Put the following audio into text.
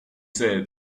said